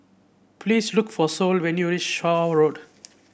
please look for Sol when you reach Shaw Road